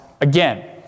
again